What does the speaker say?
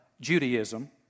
Judaism